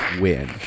win